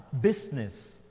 Business